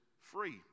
free